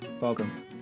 welcome